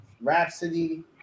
Rhapsody